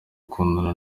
ukundana